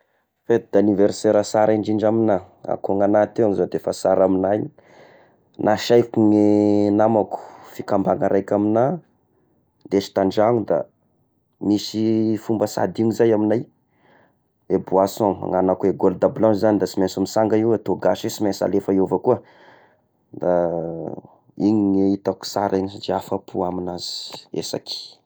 Fety d' anniversaire sara indrindra amignà, da koa ny agnà teo zao de efa sara amignà igny, nasaiko ny namako fikambana raika amignà, indesigna an'dragno da misy fomba sy adigno zay amignay, i boisson agnanako i gold blanche zagny da sy mainsy misanga io, i tô gasy io sy mansy alefa eo avao koa, da igny no hitako sara indrindra afa-po amignazy, esaky.